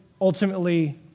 ultimately